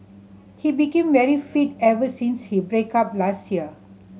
he became very fit ever since he break up last year